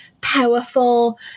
powerful